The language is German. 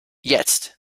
jetzt